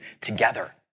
together